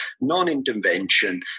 non-intervention